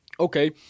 Okay